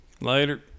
Later